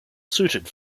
suited